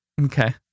Okay